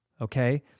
okay